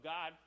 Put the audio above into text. God